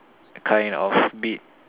kind of beat